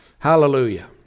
Hallelujah